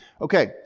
Okay